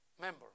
member